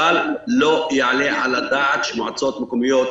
אבל לא יעלה על הדעת שמועצות מקומיות,